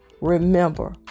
remember